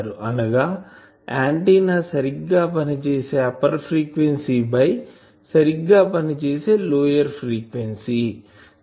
అనగా ఆంటిన్నా సరిగ్గా పనిచేసే అప్పర్ ఫ్రీక్వెన్సీ బై సరిగ్గా పనిచేసే లోయర్ ఫ్రీక్వెన్సీ 10 1